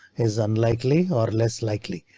is unlikely or less likely,